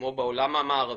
כמו בעולם המערבי,